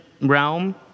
realm